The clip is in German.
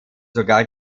sogar